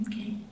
Okay